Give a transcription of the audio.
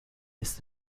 ist